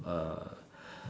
uh